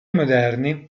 moderni